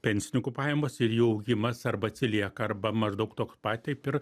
pensininkų pajamos ir jų augimas arba atsilieka arba maždaug toks pat taip ir